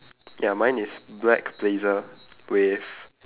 ya mine is black blazer with